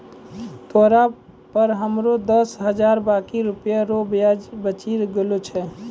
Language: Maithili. तोरा पर हमरो दस हजार बाकी रुपिया रो ब्याज बचि गेलो छय